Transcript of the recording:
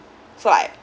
so like